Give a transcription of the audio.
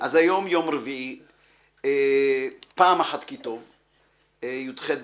אז היום יום רביעי, פעם אחת כי טוב, י"ח בטבת,